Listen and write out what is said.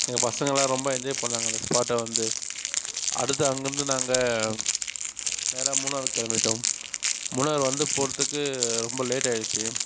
எங்கள் பசங்கெல்லாம் ரொம்ப என்ஜாய் பண்ணாங்க அந்த ஸ்பாட்டை வந்து அடுத்து அங்கேந்து நாங்கள் நேராக மூணாறுக் கிளம்பிட்டோம் மூணாறு வந்து போகிறத்துக்கு ரொம்ப லேட் ஆகிருச்சி